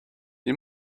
you